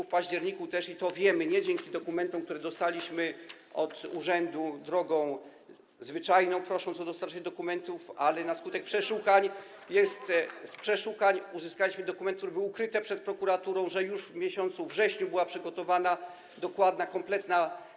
W październiku też już wiadomo - i to wiemy nie dzięki dokumentom, które dostaliśmy od urzędu na drodze zwyczajnej, prosząc o dostarczenie dokumentów, ale na skutek przeszukań, z przeszukań uzyskaliśmy dokumenty, które były ukryte przed prokuraturą - że już w miesiącu wrześniu była przygotowana dokładna, kompletna.